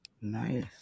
nice